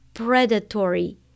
predatory